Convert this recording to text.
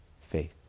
faith